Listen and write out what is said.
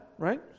right